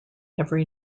every